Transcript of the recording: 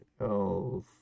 else